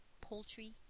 poultry